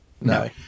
No